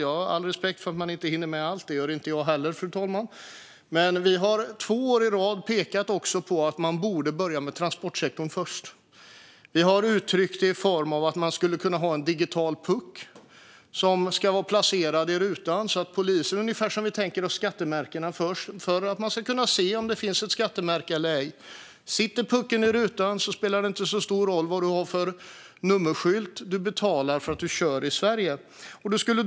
Jag har all respekt för att det inte går att hinna med allt. Det gör inte jag heller, fru talman, men vi har två år i rad pekat på att transportsektorn borde tas först. Vi har uttryckt detta i form av att man skulle kunna ha en digital puck som ska vara placerad i rutan så att polisen, ungefär som med skattemärkena förr, kan se om den finns där eller ej. Om pucken sitter i rutan spelar det inte så stor roll vad man har för nummerskylt, utan man betalar för att man kör i Sverige.